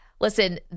listen